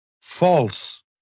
false